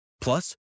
Plus